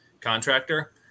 contractor